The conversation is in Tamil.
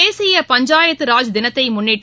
தேசிய பஞ்சாயத்து ராஜ் தினத்தை முன்னிட்டு